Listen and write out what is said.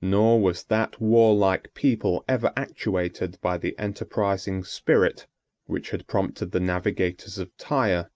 nor was that warlike people ever actuated by the enterprising spirit which had prompted the navigators of tyre,